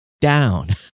down